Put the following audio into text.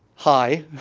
hi.